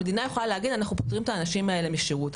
המדינה יכול להגיד אנחנו פוטרים את האנשים האלה משירות.